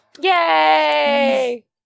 yay